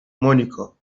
مونیکا